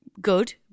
good